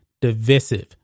divisive